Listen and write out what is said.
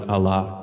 Allah